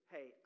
Hey